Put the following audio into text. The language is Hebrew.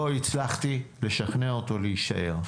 לא הצלחתי לשכנע אותו להישאר.